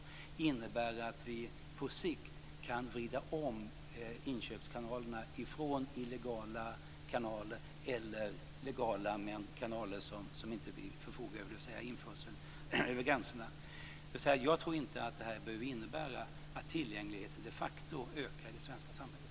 Detta förslag innebär att vi på sikt kan vrida om inköpskanalerna från illegala kanaler eller legala kanaler som vi inte förfogar över, dvs. införsel över gränserna. Jag tror inte att det behöver innebära att tillgängligheten de facto ökar i det svenska samhället.